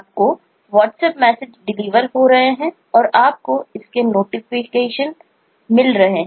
आपको WhatsApp message deliver हो रहा है और आपको इसके लिए नोटिफिकेशन मिल गया है